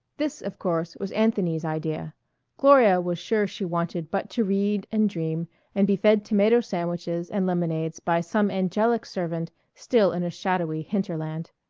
this, of course, was anthony's idea gloria was sure she wanted but to read and dream and be fed tomato sandwiches and lemonades by some angelic servant still in a shadowy hinterland.